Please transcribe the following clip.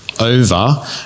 over